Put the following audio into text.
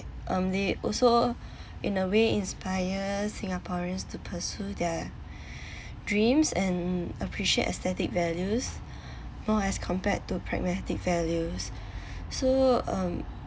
um they also in a way inspire singaporeans to pursue their dreams and appreciate aesthetic values more as compared to pragmatic values so um